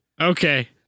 Okay